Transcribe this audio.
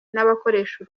n’abakoresha